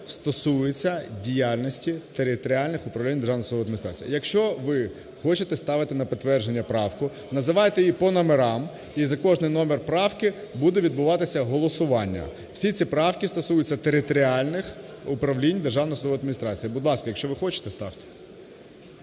стосуються діяльності територіальних управлінь Державної судової адміністрації. Якщо ви хочете ставити на підтвердження правку, називайте її по номерам, і за кожний номер правки буде відбуватися голосування. Всі ці правки стосуються територіальних управлінь Державної судової адміністрації. Будь ласка, якщо ви хочете, ставте.